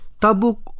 Tabuk